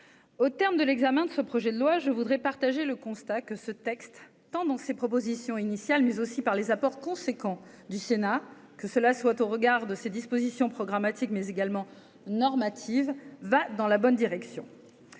au terme de l'examen de ce projet de loi je voudrais partager le constat que ce texte tant dans ses propositions initiales, mais aussi par les apports conséquents du Sénat, que cela soit au regard de ces dispositions programmatique mais également normative va dans la bonne direction,